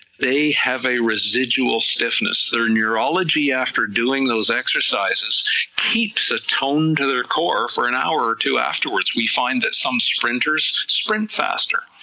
they have a residual stiffness, their new neurology after doing those exercises keeps a tone to their core for an hour or two afterwards, we find that some sprinters sprint faster,